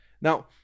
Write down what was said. Now